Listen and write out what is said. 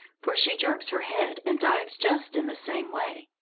for she jerks her head and dives just in the same way.